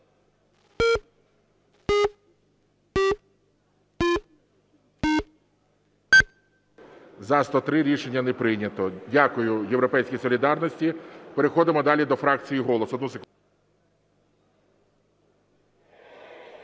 За-103 Рішення не прийнято. Дякую "Європейській солідарності". Переходимо далі до фракції "Голос".